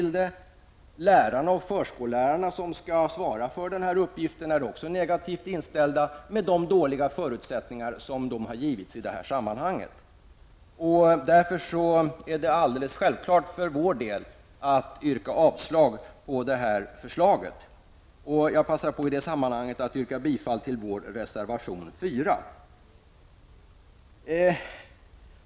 Lärarna och förskollärarna som skall svara för uppgiften är också negativt inställda med de dåliga förutsättningar som de har givits i sammanhanget. Därför är det alldeles självklart för vårt parti att yrka avslag på förslaget. Jag yrkar bifall till reservation 4.